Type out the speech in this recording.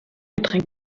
getränk